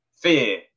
Fear